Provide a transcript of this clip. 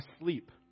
asleep